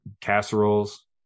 casseroles